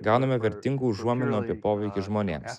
gauname vertingų užuominų apie poveikį žmonėms